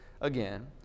again